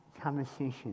conversation